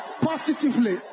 positively